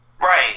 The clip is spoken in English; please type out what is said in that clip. Right